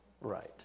right